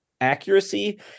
accuracy